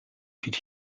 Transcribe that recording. could